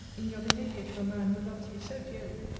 in your behaviour to a man who loves you so dearly,